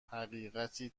حقیقتی